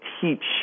teach